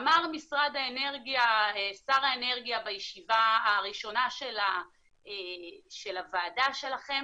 אמר שר האנרגיה בישיבה הראשונה של הוועדה שלכם